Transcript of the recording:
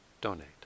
donate